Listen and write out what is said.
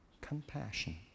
compassion